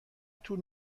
طول